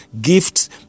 gifts